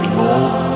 love